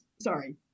sorry